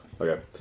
Okay